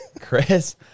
Chris